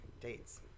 dates